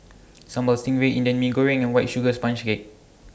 Sambal Stingray Indian Mee Goreng and White Sugar Sponge Cake